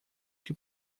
que